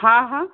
हँ हँ